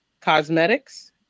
cosmetics